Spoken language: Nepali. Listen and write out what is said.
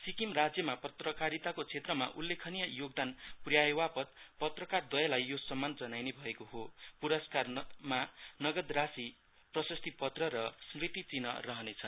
सिक्किम राज्यमा पत्रकारीताको श्रेत्रमा उल्लेखनीय योगदान पुर्याएवापत पत्रकारद्वयलाई यो सम्मान जनाइने भएको हो पुरस्कारमा नगद राशिप्रसश्ति पत्र र स्मृति चिन्ह रहनेछ